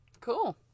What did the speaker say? Cool